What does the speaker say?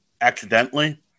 accidentally